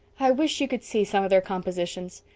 i wish you could see some of their compositions.